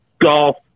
golf